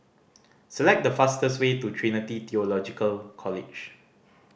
select the fastest way to Trinity Theological College